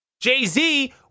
Jay-Z